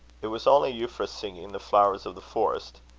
it was only euphra singing the flowers of the forest.